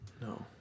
No